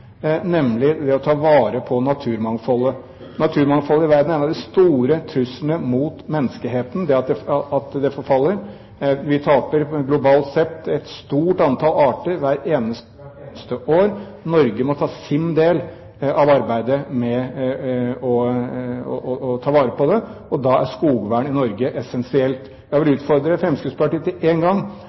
nemlig det å ta vare på naturmangfoldet. Naturmangfoldet i verden er en av de store truslene mot menneskeheten – det at det forfaller – vi taper globalt sett et stort antall arter hvert eneste år. Norge må ta sin del av arbeidet med å ta vare på det, og da er skogvern i Norge essensielt. Jeg vil utfordre Fremskrittspartiet til én gang